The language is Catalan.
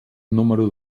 número